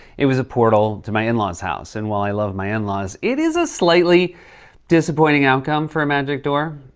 it was a portal to my in-laws' house. and while i love my in-laws, it is a slightly disappointing outcome for a magic door.